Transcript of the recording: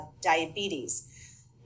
diabetes